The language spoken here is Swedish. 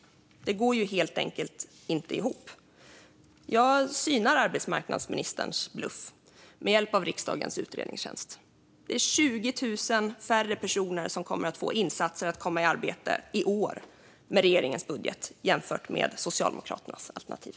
Det går ju helt enkelt inte ihop! Jag synar arbetsmarknadsministerns bluff med hjälp av riksdagens utredningstjänst. Med regeringens budget är det i år 20 000 färre som kommer att få insatser för att komma i arbete jämfört med Socialdemokraternas alternativ.